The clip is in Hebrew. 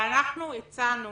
ואנחנו הצענו,